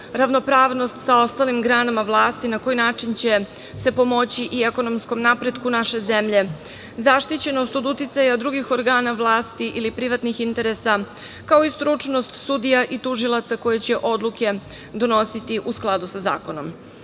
ravnopravnost sa ostalim granama vlasti na koji način će se pomoći i ekonomskom napretku naše zemlje, zaštićenost od uticaja drugih organa vlasti ili privatnih interesa, kao i stručnost sudija i tužilaca koji će odluke donositi u skladu sa